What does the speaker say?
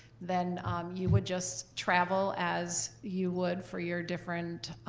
then you would just travel as you would for your different